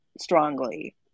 strongly